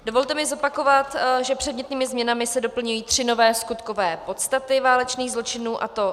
Dovolte mi zopakovat, že předmětnými změnami se doplňují tři nové skutkové podstaty válečných zločinů, a to